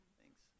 thanks